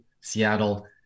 seattle